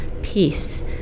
peace